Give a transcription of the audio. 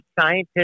scientists